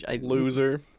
Loser